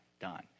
done